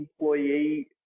employee